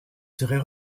serait